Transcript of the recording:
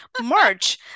March